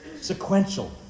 sequential